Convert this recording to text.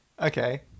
Okay